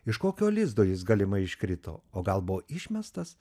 iš kokio lizdo jis galimai iškrito o gal buvo išmestas